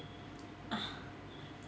ah